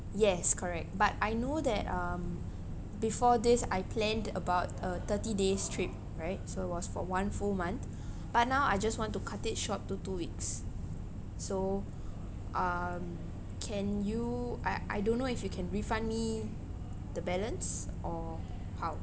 yes correct but I know that um before this I planned about uh thirty days trip right so it was for one full month but now I just want to cut it short to two weeks so um can you I I don't know if you can refund me the balance or how